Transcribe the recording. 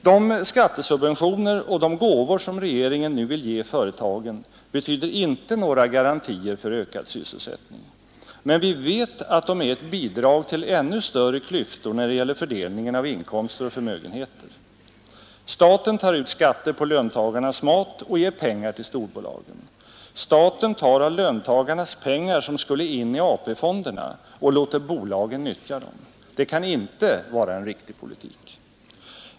De skattesubventioner och de gåvor som regeringen nu vill ge företagen betyder inte några garantier för ökad sysselsättning, men vi vet att de är bidrag till ännu större klyftor när det gäller fördelningen av inkomster och förmögenheter. Staten tar ut skatter på löntagarnas mat och ger pengar till storbolagen. Staten tar av löntagarnas pengar, som skulle in i AP-fonderna, och låter bolagen nyttja dem. Det kan inte vara en riktig politik.